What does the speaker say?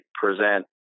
present